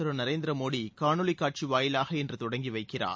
திருநரேந்திரமோடிகாணொளிகாட்சிவாயிலாக இன்றுதொடங்கிவைக்கிறார்